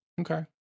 Okay